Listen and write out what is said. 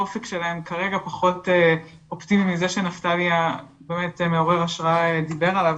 האופק שלהם כרגע פחות אופטימי מזה שנפתלי הבאמת מעורר השראה דיבר עליו.